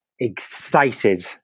excited